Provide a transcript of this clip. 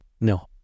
No